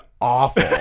awful